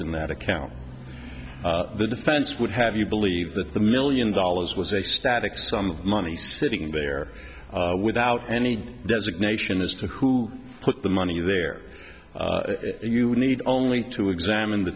in that account the defense would have you believe that the million dollars was a static sum of money sitting there without any designation as to who put the money there and you would need only to examine the